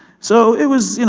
so it was